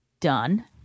done